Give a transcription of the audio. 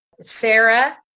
sarah